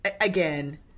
again